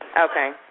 Okay